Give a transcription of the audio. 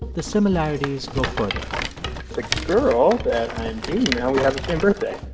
the similarities go further the girl that i'm dating now, we have the same birthday,